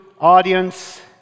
audience